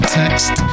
text